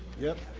yep.